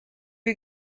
you